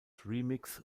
remix